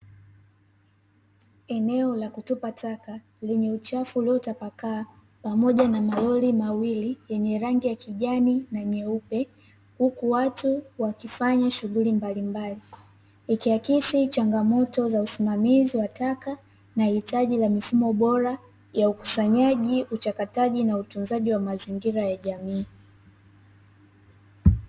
Eneo la kutupa taka lenye uchafu ulio tapakaa pamoja na malori mawili yenye rangi ya kijani na nyeupe, huku watu wakifanya shughuli mbalimbali, ikiakisi changamoto ya usimamizi wa taka na hitaji la mifumo bora ya ukusanyaji, uchakataji na utunzaji wa mazingira ya jamii.